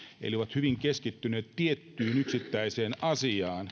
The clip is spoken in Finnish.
eli ovat hyvin keskittyneet tiettyyn yksittäiseen asiaan